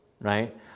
right